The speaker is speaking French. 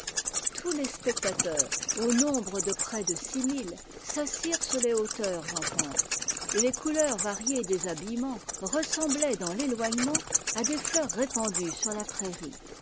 tous les spectateurs au nombre de près de six mille s'assirent sur les hauteurs en pente et les couleurs variées des habillements ressemblaient dans t'étoignement à des fleurs répandues sur la prairie